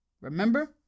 Remember